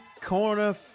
corner